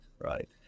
right